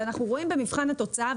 ואנחנו רואים במבחן התוצאה,